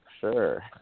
Sure